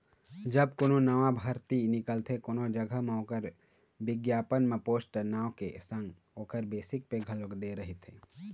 जब कोनो नवा भरती निकलथे कोनो जघा म ओखर बिग्यापन म पोस्ट के नांव के संग ओखर बेसिक पे घलोक दे रहिथे